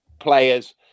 players